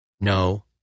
No